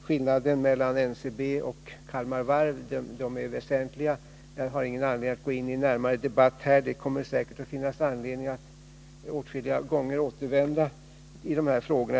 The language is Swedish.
Skillnaden mellan NCB och Kalmar Varv är väsentlig. Jag har ingen anledning att gå in i en närmare debatt här, eftersom det säkerligen kommer att finnas anledning att åtskilliga gånger återvända till dehär frågorna.